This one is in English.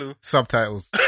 Subtitles